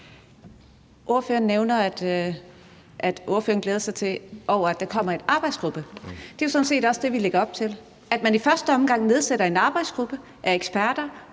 Ordføreren nævner, at ordføreren glæder sig over, at der kommer en arbejdsgruppe. Det er jo sådan set også det, vi lægger op til, nemlig at man i første omgang nedsætter en arbejdsgruppe af eksperter,